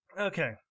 okay